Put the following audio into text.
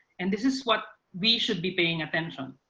and this is what we should be paying attention